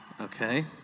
Okay